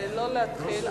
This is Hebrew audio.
לא להתחיל,